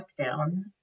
lockdown